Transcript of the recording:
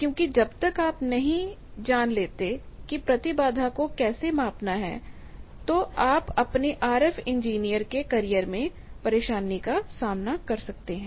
क्योंकि जब तक आप नहीं यह जानलेते कि प्रतिबाधा को कैसे मापना है तो आप अपने आरएफ इंजीनियर के करियर में परेशानी का सामनाकर सकते हैं